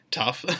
tough